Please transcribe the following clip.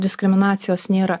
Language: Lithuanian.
diskriminacijos nėra